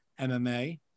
MMA